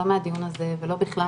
לא מהדיון הזה ולא בכלל,